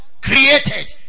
Created